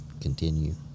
continue